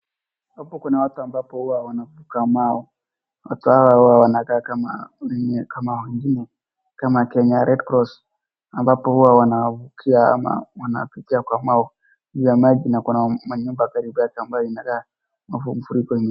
Hapo kuna watu ambapo huwa wanavuka mao. Watu hawa huwa wanakaa kama wenye kama wengine kama Kenya Red Cross ambapo huwa wanavukia ama wanapitia kwa mao juu ya maji na kuna manyumba karibu yake ambayo ina mafuriko.